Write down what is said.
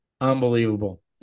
Unbelievable